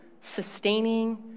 sustaining